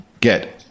get